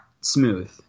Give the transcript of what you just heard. smooth